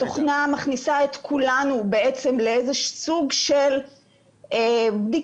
התוכנה מכניסה את כולנו לסוג של בדיקה.